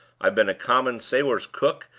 i've been a common sailors' cook,